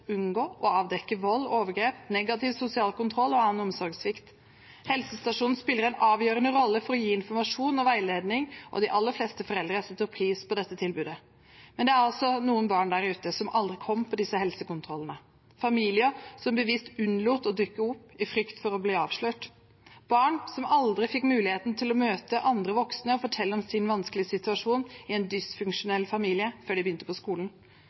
unngå og avdekke vold, overgrep, negativ sosial kontroll og annen omsorgssvikt. Helsestasjonen spiller en avgjørende rolle for å gi informasjon og veiledning, og de aller fleste foreldre setter pris på dette tilbudet. Men det er noen barn der ute som aldri kommer på disse helsekontrollene. Det er familier som bevisst unnlater å dukke opp, i frykt for å bli avslørt, barn som aldri får muligheten til å møte andre voksne og fortelle om sin vanskelige situasjon i en dysfunksjonell familie, før de begynner på skolen.